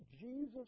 Jesus